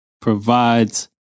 provides